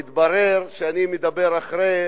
מתברר שאני מדבר אחרי